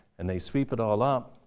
and they sweep it all up.